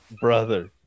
Brother